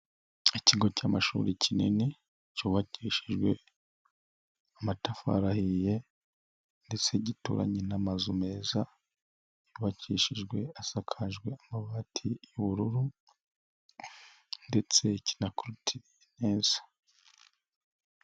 Ikigo cy'amashuri kinini, cyubakishijwe amatafarihiye ndetse gituranye n'amazu meza, yubakishijwe, asakajwe amabati y'ubururu ndetse kinakorotiriye neza.